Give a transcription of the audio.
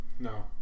No